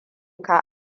ka